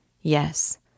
Yes